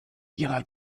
ihrer